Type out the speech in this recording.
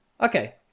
Okay